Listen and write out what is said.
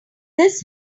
this